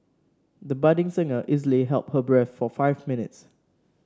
the budding singer easily held her breath for five minutes